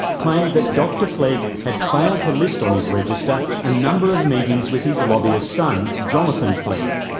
claimed that dr flegg had failed to list on his register a number of meetings with his lobbyist son, jonathon flegg.